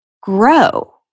grow